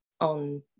on